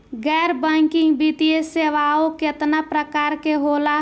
गैर बैंकिंग वित्तीय सेवाओं केतना प्रकार के होला?